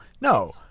No